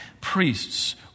priests